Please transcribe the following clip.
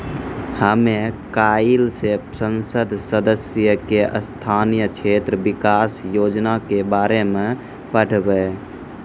हमे काइल से संसद सदस्य के स्थानीय क्षेत्र विकास योजना के बारे मे पढ़बै